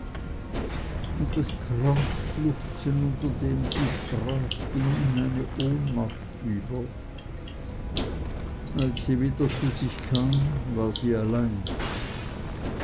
und das krampfschluchzen unter dem sie sprach ging in eine ohnmacht über als sie wieder zu sich kam war sie allein